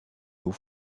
haut